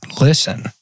listen